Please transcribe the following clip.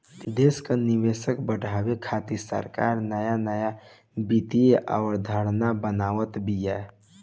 देस कअ निवेश बढ़ावे खातिर सरकार नया नया वित्तीय अवधारणा बनावत बिया